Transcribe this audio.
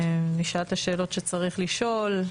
נשאל את השאלות שצריך לשאול,